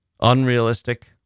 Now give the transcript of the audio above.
unrealistic